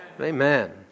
Amen